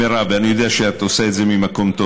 מירב, אני יודע שאת עושה את זה ממקום טוב.